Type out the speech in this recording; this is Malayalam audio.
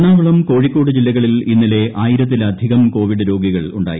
എറണാകുളം കോഴിക്കോട് ജില്ലകളിൽ ഇന്നലെ ആയിരത്തിലധികം കോവിഡ് രോഗികൾ ഉണ്ടായി